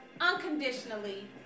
unconditionally